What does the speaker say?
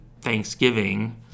Thanksgiving